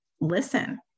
listen